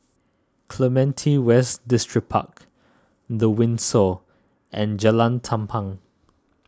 Clementi West Distripark the Windsor and Jalan Tampang